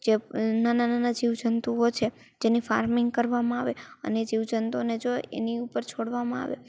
જે નાના નાના જીવજંતુઓ છે જેને ફાર્મિંગ કરવામાં આવે અને જીવજંતુઓને જોઈ એની ઉપર છોડવામાં આવે